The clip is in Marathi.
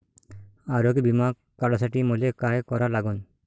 आरोग्य बिमा काढासाठी मले काय करा लागन?